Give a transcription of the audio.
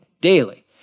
Daily